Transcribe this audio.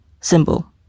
symbol